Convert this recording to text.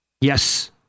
yes